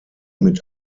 mit